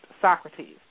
Socrates